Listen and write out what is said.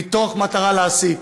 מתוך מטרה להסית.